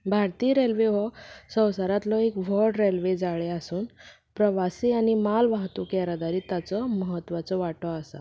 भारतीय रेल्वे हो संवसारांतलो एक व्हड रेल्वे जाळें आसून प्रवासी आनी म्हाल वाहतूक येरादारीक ताचो म्हत्वाचो वांटो आसा